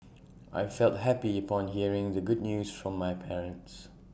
I felt happy upon hearing the good news from my parents